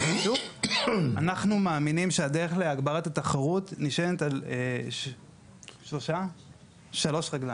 אנחנו מאמינים שהדרך להגברת התחרות נשענת על שלוש רגליים: